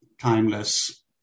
timeless